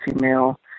female